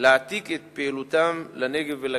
להעתיק את פעילותם לנגב ולגליל,